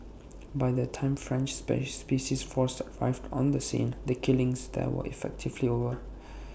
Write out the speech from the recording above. by the time French space special forces arrived on the scene the killings there were effectively over